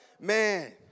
man